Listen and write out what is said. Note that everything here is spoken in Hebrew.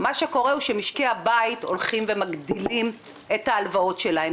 מה שקורה הוא שמשקי הבית הולכים ומגדילים את ההלוואות שלהם.